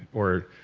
or